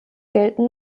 gelten